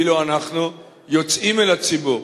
ואילו אנחנו יוצאים אל הציבור.